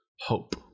hope